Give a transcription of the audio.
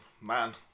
man